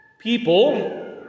People